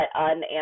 unanswered